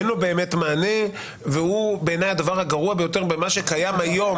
אין לו באמת מענה ובעיניי הוא הדבר הגרוע ביותר במה שקיים היום,